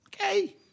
Okay